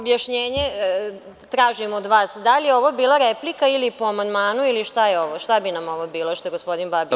Objašnjenje tražim od vas – da li je ovo bila replika ili po amandmanu ili šta je ovo, šta bi nam ovo bilo što je gospodin Babić?